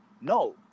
no